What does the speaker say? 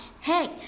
Hey